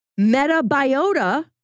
metabiota